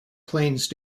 plains